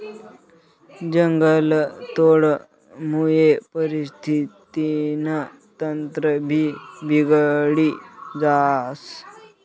जंगलतोडमुये परिस्थितीनं तंत्रभी बिगडी जास